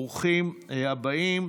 ברוכים הבאים.